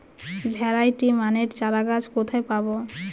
Variety মানের চারাগাছ কোথায় পাবো?